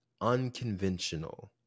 unconventional